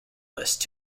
list